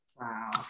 Wow